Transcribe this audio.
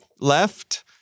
left